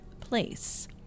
place